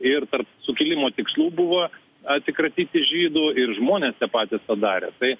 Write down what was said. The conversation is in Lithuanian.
ir sukilimo tikslų buvo atsikratyti žydų ir žmonės patys tą darė tai